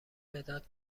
مداد